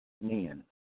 men